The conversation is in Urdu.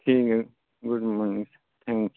ٹھیک ہے گڈ مارننگ سر